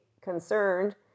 concerned